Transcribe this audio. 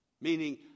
meaning